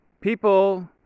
people